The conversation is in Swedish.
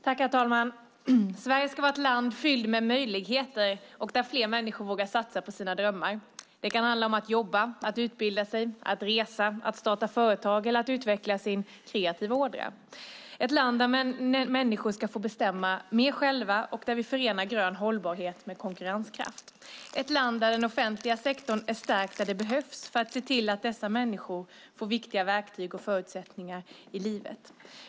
Herr talman! Sverige ska vara ett land fyllt med möjligheter och där fler människor vågar satsa på sina drömmar. Det kan handla om att jobba, att utbilda sig, att resa, att starta företag eller att utveckla sin kreativa ådra. Det ska vara ett land där människor får bestämma mer själva och där vi förenar grön hållbarhet med konkurrenskraft. Det ska vara ett land där den offentliga sektorn är stark där det behövs för att se till att dessa människor får viktiga verktyg och förutsättningar i livet.